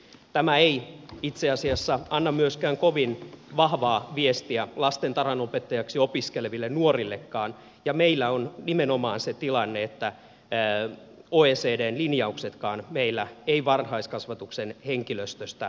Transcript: tämä ei itse asiassa anna myöskään kovin vahvaa viestiä lastentarhanopettajaksi opiskeleville nuorillekaan ja meillä on nimenomaan se tilanne että oecdn linjauksetkaan varhaiskasvatuksen henkilöstöstä eivät meillä täyty